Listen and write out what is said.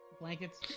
Blankets